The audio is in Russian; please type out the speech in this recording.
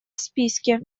списке